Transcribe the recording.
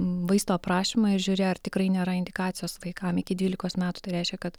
vaisto aprašymą ir žiūri ar tikrai nėra indikacijos vaikam iki dvylikos metų tai reiškia kad